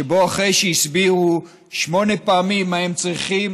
שבו אחרי שהסבירו שמונה פעמים מה הם צריכים